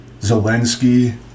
Zelensky